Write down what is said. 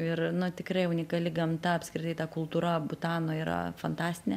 ir nu tikrai unikali gamta apskritai ta kultūra butano yra fantastinė